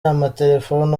amatelefone